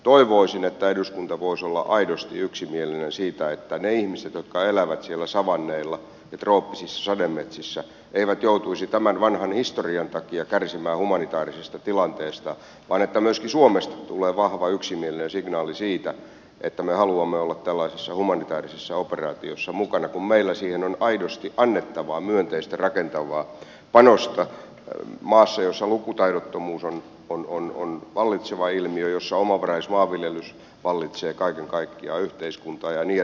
toivoisin että eduskunta voisi olla aidosti yksimielinen siitä että ne ihmiset jotka elävät siellä savanneilla ja trooppisissa sademetsissä eivät joutuisi tämän vanhan historian takia kärsimään humanitaarisesta tilanteesta vaan että myöskin suomesta tulisi vahva yksimielinen signaali siitä että me haluamme olla tällaisissa humanitäärisissä operaatioissa mukana kun meillä siihen on aidosti annettavaa myönteistä rakentavaa panosta maassa jossa lukutaidottomuus on vallitseva ilmiö jossa omavaraismaanviljelys vallitsee kaiken kaikkiaan yhteiskunnassa ja niin edelleen